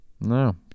no